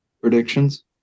predictions